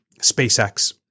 SpaceX